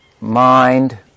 mind